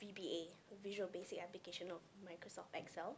V_B_A Visual Basic Application of Microsoft Excel